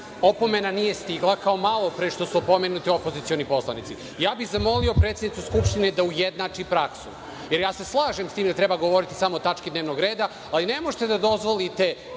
Opomena nije stigla, kao malo pre što su opomenuti opozicioni poslanici. Zamolio bih predsednicu Skupštine da ujednači praksu. Slažem se sa tim da treba govoriti samo o tački dnevnog reda, ali ne možete da dozvolite